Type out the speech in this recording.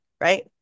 right